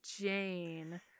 Jane